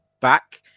back